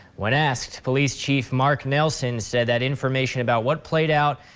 when asked police chief mark nelson said that information about what played out,